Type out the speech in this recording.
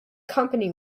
company